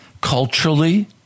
culturally